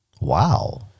Wow